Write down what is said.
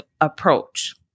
approach